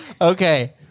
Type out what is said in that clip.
Okay